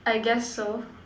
I guess so